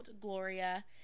Gloria